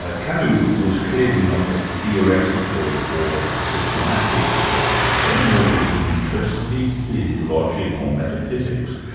ah camus was clearly not a theoretical or systematic philosopher, nor was he interested in logic or metaphysics.